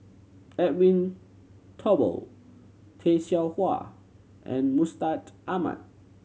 Edwin Thumboo Tay Seow Huah and Mustaq Ahmad